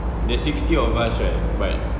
there's sixty of us right but